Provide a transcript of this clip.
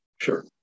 Sure